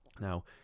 now